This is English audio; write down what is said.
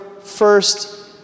first